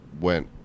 went